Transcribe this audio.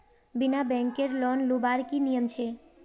बिना बैंकेर लोन लुबार की नियम छे?